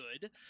good